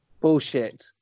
Bullshit